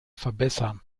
verbessern